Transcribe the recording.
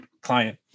client